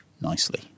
nicely